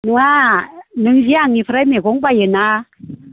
नङा नों जे आंनिफ्राय मैगं बायोना